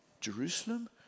Jerusalem